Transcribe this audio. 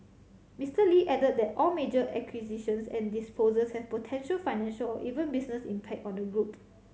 Mister Lee added that all major acquisitions and disposals have potential financial or even business impact on the group